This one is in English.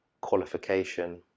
qualification